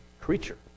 creature